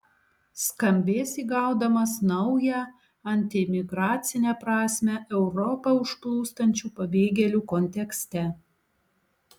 skambės įgaudamas naują antiimigracinę prasmę europą užplūstančių pabėgėlių kontekste